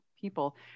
people